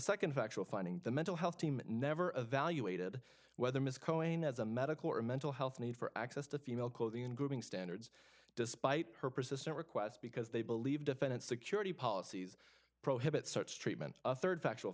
a nd factual finding the mental health team never evaluated whether mr cohen has a medical or mental health need for access to female clothing and grooming standards despite her persistent requests because they believe defendants security policies prohibit such treatment a rd factual